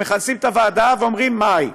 ומכנסים את הוועדה ואומרים: מאי,